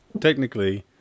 Technically